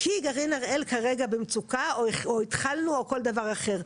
כי גרעין הראל כרגע במצוקה או התחלנו או כל דבר אחר.